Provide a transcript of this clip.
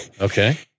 Okay